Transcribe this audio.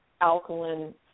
alkaline